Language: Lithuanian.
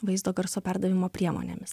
vaizdo garso perdavimo priemonėmis